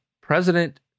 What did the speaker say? President